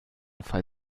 fall